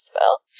spell